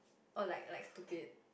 or like like stupid